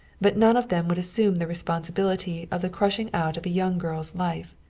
but none of them would assume the responsibility of the crushing out of a young girl's life.